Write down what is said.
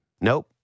Nope